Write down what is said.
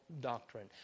doctrine